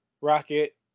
rocket